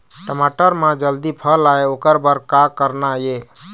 टमाटर म जल्दी फल आय ओकर बर का करना ये?